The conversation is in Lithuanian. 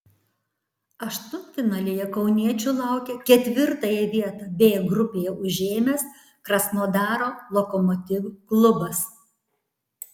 aštuntfinalyje kauniečių laukia ketvirtąją vietą b grupėje užėmęs krasnodaro lokomotiv klubas